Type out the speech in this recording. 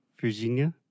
Virginia